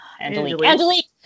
Angelique